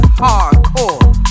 hardcore